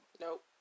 Nope